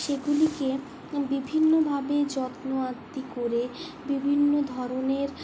সেগুলিকে বিভিন্নভাবেই যত্ন আত্তি করে বিভিন্ন ধরনের